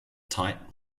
tight